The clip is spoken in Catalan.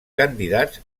candidats